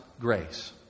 grace